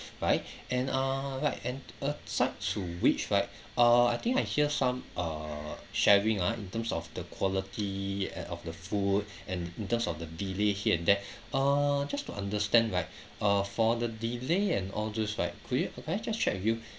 right and uh like and aside to which right uh I think I hear some uh sharing ah in terms of the quality of the food and in terms of the delay here and there err just to understand right uh for the delay and all those right could you could I just check with you